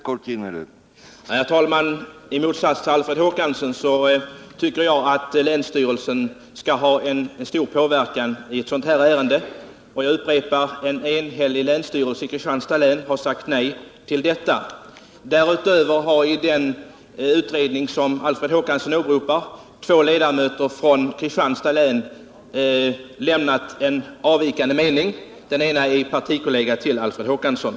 Herr talman! I motsats till Alfred Håkansson tycker jag att länsstyrelsen skall ha ett stort inflytande i ett sådant här ärende. Och jag upprepar: En enhällig länsstyrelse i Kristianstads län har sagt nej till detta. Därutöver har i den utredning som Alfred Håkansson åberopar två ledamöter från Kristianstads län anmält avvikande mening, och den ena är partikollega till Alfred Håkansson.